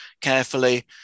carefully